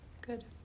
good